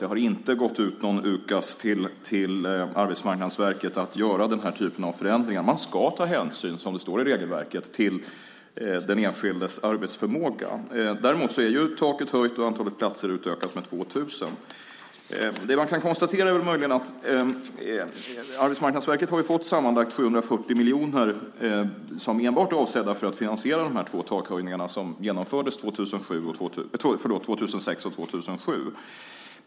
Det har inte gått ut någon ukas till Arbetsmarknadsverket att göra den här typen av förändringar. Man ska ta hänsyn till den enskildes arbetsförmåga, som det står i regelverket. Däremot är taket höjt och antalet platser utökat med 2 000. Det man kan konstatera är möjligen att Arbetsmarknadsverket har fått sammanlagt 740 miljoner som enbart är avsedda att finansiera de två takhöjningar som genomfördes 2006 och 2007.